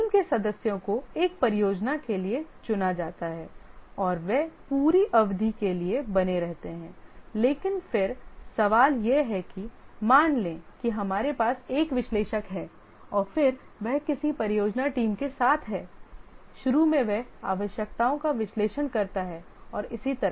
team के सदस्यों को एक परियोजना के लिए चुना जाता है और वे पूरी अवधि के लिए बने रहते हैं लेकिन फिर सवाल यह है कि मान लें कि हमारे पास एक विश्लेषक है और फिर वह किसी परियोजना टीम के साथ है शुरू में वह आवश्यकताओं का विश्लेषण करता है और इसी तरह